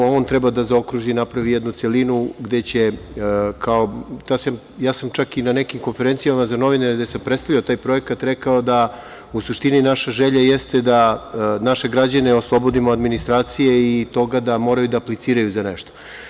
On treba da zaokruži i da napravi jednu celinu gde će kao, ja sam čak i na nekim konferencijama za novinare gde sam predstavljao taj projekat rekao da u suštini naša želja jeste da naše građane oslobodimo administracije i toga da moraju da apliciraju za nešto.